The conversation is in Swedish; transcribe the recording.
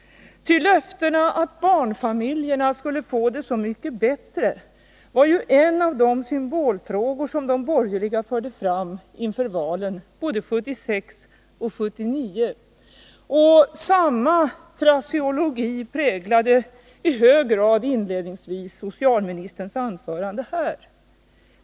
Löftena att barnfamiljerna skulle få det så mycket bättre var en av de symbolfrågor som de borgerliga förde fram inför valen, både 1976 och 1979. Samma fraseologi präglade i hög grad inledningen till socialministerns anförande här.